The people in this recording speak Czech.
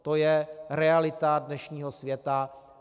To je realita dnešního světa.